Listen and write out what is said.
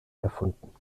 erfunden